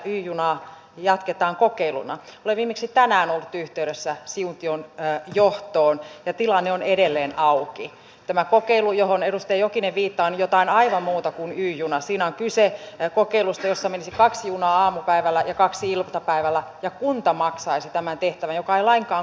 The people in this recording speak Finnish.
tiedämme että kriisinhallinnan tarve ei maailmassa tule vähenemään päinvastoin ja vaikka hallitus on kertonut että sitten lisäbudjeteilla näihin voidaan lähteä mukaan niin pidän huonona sellaista käytäntöä että lisätalousarvioilla hoidetaan asioita jotka voisivat olla suoraan talousarviossa sillä se vaikeuttaa kustannusten seurantaa ja kunta maksaisi tämän tehtävän joka talouden läpinäkyvyyttä